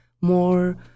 more